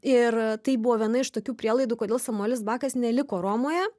ir tai buvo viena iš tokių prielaidų kodėl samuelis bakas neliko romoje